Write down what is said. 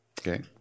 Okay